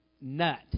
nut